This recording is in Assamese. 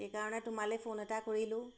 সেইকাৰণে তোমালৈ ফোন এটা কৰিলোঁ